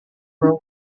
pro